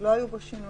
שלא היו בו שינויים.